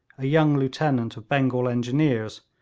a young lieutenant of bengal engineers,